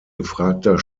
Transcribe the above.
gefragter